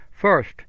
First